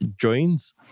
joins